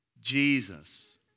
Jesus